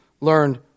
learned